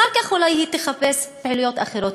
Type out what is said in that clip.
אחר כך אולי היא תחפש פעילויות אחרות.